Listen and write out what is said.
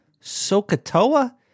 Sokotoa